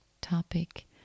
topic